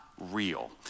real